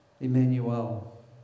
Emmanuel